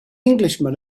englishman